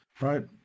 right